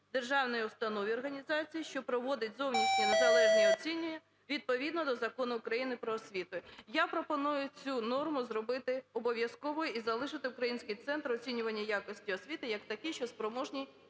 державній установі (організації), що проводить зовнішнє незалежне оцінювання відповідно до Закону України "Про освіту". Я пропоную цю норму зробити обов'язковою і залишити Український центр оцінювання якості освіти як такий, що спроможний